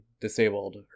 disabled